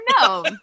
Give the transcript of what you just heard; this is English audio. No